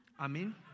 Amen